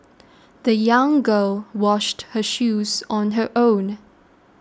the young girl washed her shoes on her own